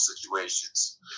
situations